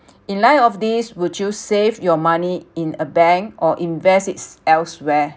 in light of these would you save your money in a bank or invest it elsewhere